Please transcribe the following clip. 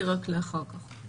אז תרשום אותי רק לאחר כך.